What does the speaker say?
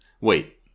Wait